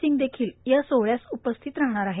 सिंग हे पेखील या सोहळ्यास उपस्थित राहणार आहेत